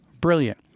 brilliant